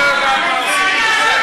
לצערי הרב,